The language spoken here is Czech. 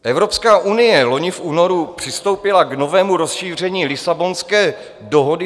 Evropská unie loni v únoru přistoupila k novému rozšíření Lisabonské dohody